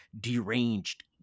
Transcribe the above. deranged